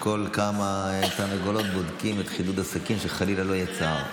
כל כמה תרגולות בודקים את חידוד הסכין כדי שחלילה לא יהיה צער.